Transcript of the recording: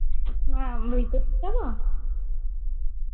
ᱱᱚᱣᱟ ᱨᱤᱯᱳᱨᱴᱟᱨ ᱠᱟᱱᱟ